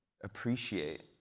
appreciate